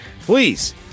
please